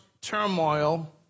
turmoil